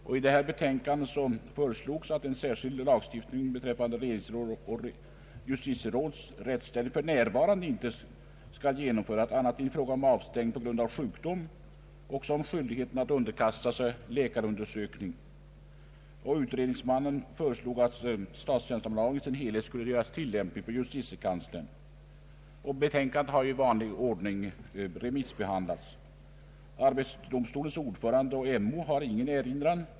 I detta betänkande föreslogs att en särskild lagstiftning beträffande regeringsrådens och justitierådens rättsställning för närvarande inte skall genomföras annat än i fråga om avstängning på grund av sjukdom och om skyldigheten att underkasta sig läkarundersökning. Utredningsmannen föreslog att statstjänstemannalagen i sin helhet skulle göras tillämplig för justitiekanslern. Betänkandet har remissbehandlats i vanlig ordning. Arbetsdomstolens ordförande och MO hade ingen erinran.